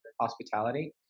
hospitality